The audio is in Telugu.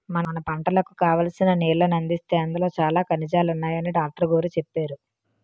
మన పంటలకు కావాల్సిన నీళ్ళను అందిస్తే అందులో చాలా ఖనిజాలున్నాయని డాట్రుగోరు చెప్పేరు